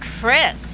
Chris